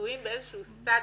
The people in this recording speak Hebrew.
מצויים באיזשהו סד